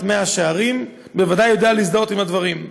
מאה שערים בוודאי יודע להזדהות עם הדברים.